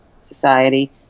society